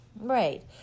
Right